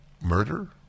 murder